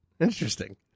Interesting